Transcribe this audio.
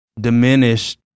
diminished